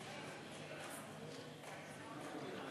נתקבלו.